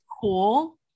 cool